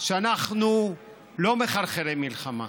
שאנחנו לא מחרחרי מלחמה.